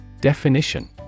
Definition